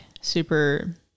super